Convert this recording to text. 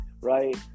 right